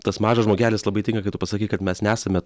tas mažas žmogelis labai tinka kai tu pasakei kad mes nesame